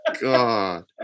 God